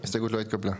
0 ההסתייגות לא התקבלה.